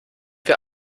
wir